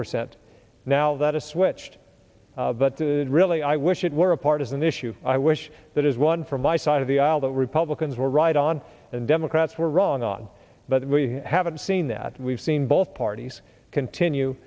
percent now that is switched but to really i wish it were a partisan issue i wish that is one from my side of the aisle that republicans were right on and democrats were wrong on but we haven't seen that we've seen both parties continue